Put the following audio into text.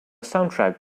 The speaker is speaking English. soundtrack